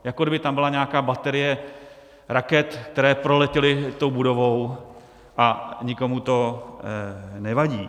Jako kdyby tam byla nějaká baterie raket, které proletěly tou budovou, a nikomu to nevadí.